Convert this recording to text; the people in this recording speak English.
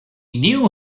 knew